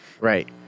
right